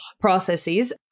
Processes